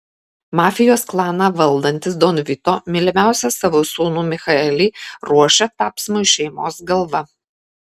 mafijos klaną valdantis don vito mylimiausią savo sūnų michaelį ruošia tapsmui šeimos galva